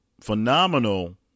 phenomenal